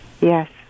Yes